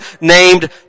named